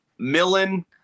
millen